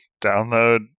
download